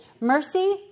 Mercy